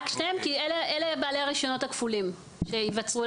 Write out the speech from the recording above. רק שניהם כי אלה בעלי הרישיונות הכפולים שייווצרו.